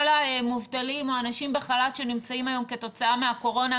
המובטלים או האנשים בחל"ת שנמצאים היום כתוצאה מהקורונה,